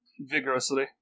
vigorously